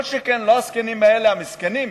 כל שכן לא הזקנים האלה, המסכנים,